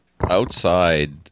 Outside